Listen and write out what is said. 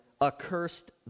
accursed